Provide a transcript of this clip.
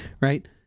right